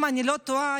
אם אני לא טועה,